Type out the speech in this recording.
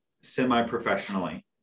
semi-professionally